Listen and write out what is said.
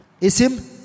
isim